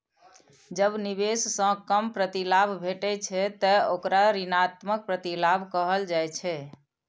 जब निवेश सं कम प्रतिलाभ भेटै छै, ते ओकरा ऋणात्मक प्रतिलाभ कहल जाइ छै